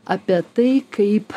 apie tai kaip